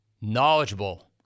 Knowledgeable